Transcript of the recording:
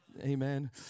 Amen